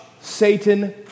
Satan